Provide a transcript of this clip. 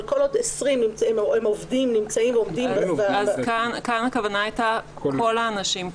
אבל כל עוד הם עובדים --- כאן הכוונה הייתה כל האנשים,